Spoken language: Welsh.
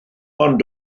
ond